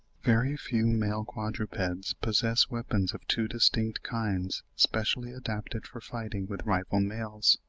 very few male quadrupeds possess weapons of two distinct kinds specially adapted for fighting with rival males.